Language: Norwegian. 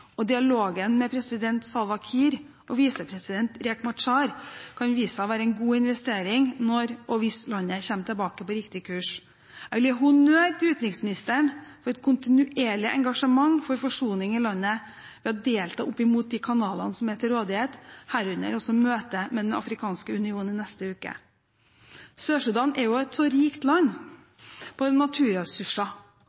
og dialogen med president Salva Kiir og visepresident Riek Machar kan vise seg å være en god investering når og hvis landet kommer tilbake på riktig kurs. Jeg vil gi honnør til utenriksministeren for et kontinuerlig engasjement for forsoning i landet ved å delta i de kanalene som er til rådighet, herunder også møtet med Den afrikanske union i neste uke. Sør-Sudan er et rikt land